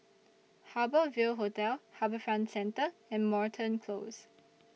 Harbour Ville Hotel HarbourFront Centre and Moreton Close